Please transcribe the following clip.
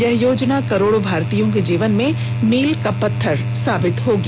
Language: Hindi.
यह योजना करोड़ों भारतीयों के जीवन में मील का पत्थर साबित होगी